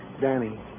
Danny